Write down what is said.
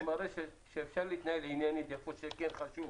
זה מראה שאפשר להתנהל עניינית, בייחוד שכן חשוב